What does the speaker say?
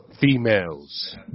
Females